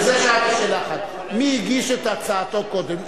בשביל זה שאלתי שאלה אחת: מי הגיש את הצעתו קודם?